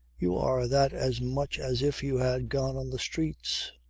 you are that as much as if you had gone on the streets.